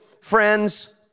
friends